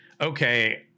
okay